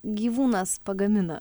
gyvūnas pagamina